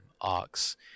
arcs